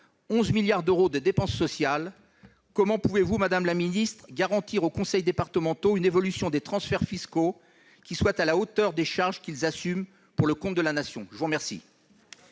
11 milliards d'euros de dépenses sociales, comment pouvez-vous, madame la ministre, garantir aux conseils départementaux une évolution des transferts fiscaux qui soit à la hauteur des charges qu'ils assument pour le compte de la Nation ? La parole